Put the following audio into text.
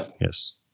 yes